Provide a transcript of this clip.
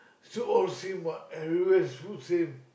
soup all same what everywhere soup same